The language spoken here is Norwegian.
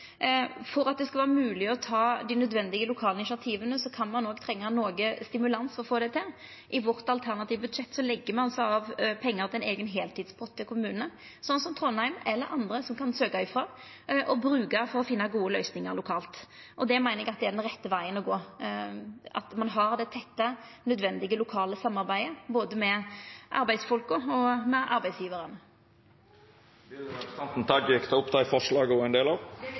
For at det skal vera mogleg å ta dei nødvendige lokale initiativa, kan ein òg trengja litt stimulans for å få det til. I vårt alternative budsjett set ein av pengar til ein eigen heiltidspott til kommunane, som Trondheim eller andre kan søkja frå og bruka for å finna gode løysingar lokalt. Det meiner eg er den rette vegen å gå – at ein har det tette nødvendige lokale samarbeidet både med arbeidsfolka og med arbeidsgjevaren. Vil representanten Tajik ta opp forslag? Det vil eg. Eg tek opp forslaga